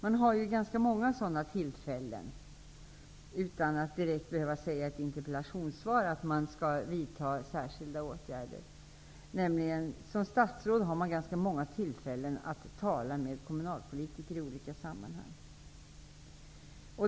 Det finns ju ganska många sådana tillfällen utan att man i ett interpellationssvar behöver säga att man skall vidta särskilda åtgärder. Som statsråd har man ju många tillfällen att tala med kommunalpolitiker i olika sammanhang.